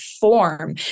form